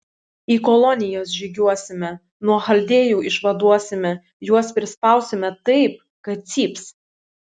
į kolonijas žygiuosime nuo chaldėjų išvaduosime juos prispausime taip kad cyps